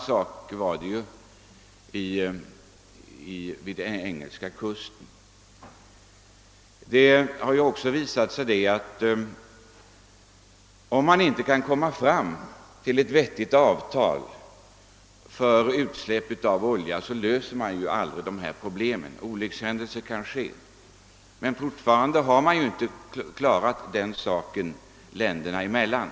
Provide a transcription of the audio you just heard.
Förhållandet var detsamma vid den engelska kusten. Det har också visat sig att om man inte kan komma fram till ett vettigt avtal angående utsläpp av olja, så löser man aldrig dessa problem. Olyckshändelser kan ske, men ännu har man inte klarat av att åstadkomma enhetliga bestämmelser länderna emellan.